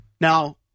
Now